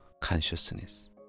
consciousness